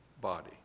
body